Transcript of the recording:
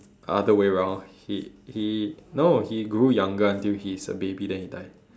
other way round he he no he grew younger until he's a baby then he die